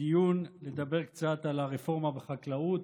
הדיון לדבר קצת על הרפורמה בחקלאות.